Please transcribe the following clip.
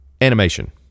animation